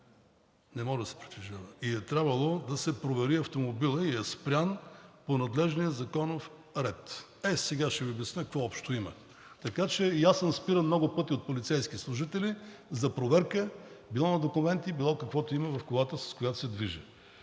не може да се притежава, и е трябвало да се провери автомобилът. Спрян е по надлежния законов ред. Ето сега ще Ви обясня какво общо има. И аз съм спиран много пъти от полицейски служители за проверка било на документи, било каквото има в колата, с която се движа.